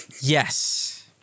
Yes